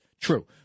True